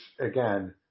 again